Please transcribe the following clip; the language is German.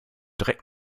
dreck